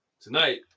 tonight